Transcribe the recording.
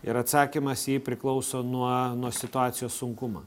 ir atsakymas jai priklauso nuo nuo situacijos sunkumą